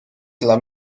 dla